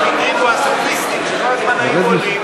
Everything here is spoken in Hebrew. אפלטון הטרידו הסופיסטים שכל הזמן היו עולים,